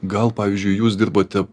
gal pavyzdžiui jūs dirbote